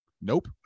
Nope